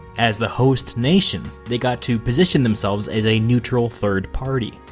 as the host nation, they got to position themselves as a neutral third party.